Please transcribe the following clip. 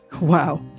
Wow